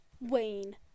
Wayne